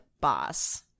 boss